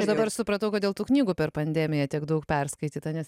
aš dabar supratau kodėl tų knygų per pandemiją tiek daug perskaityta nes